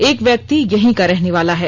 एक व्यक्ति यहीं का रहने वाला है